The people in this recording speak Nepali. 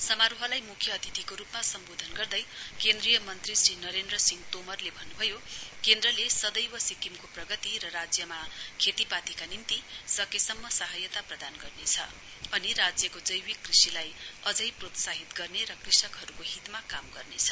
समारोहलाई म्ख्य अतिथिको रूपमा सम्बोधन गर्दै केन्द्रीय मन्त्री श्री नरेन्द्र सिंह तोमरले भन्नुभयो केन्द्रले सदैव सकिक्किमको प्रगति र राज्यमा खेतीपातीका निम्ति सकेसम्म सहायता प्रदान गर्नेछ अनि राज्यको जैविक कृषिलाई अझै प्रोत्साहित गर्ने र कृषकहरूको हितमा काम गर्नेछ